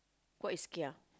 what is kia